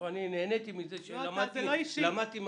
זה לא אישי.